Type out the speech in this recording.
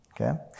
okay